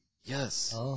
Yes